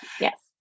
Yes